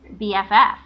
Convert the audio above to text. BFF